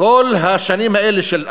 כל השנים האלה של,